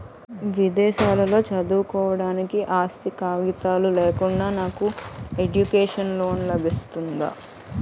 విదేశాలలో చదువుకోవడానికి ఆస్తి కాగితాలు లేకుండా నాకు ఎడ్యుకేషన్ లోన్ లబిస్తుందా?